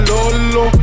Lolo